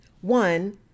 One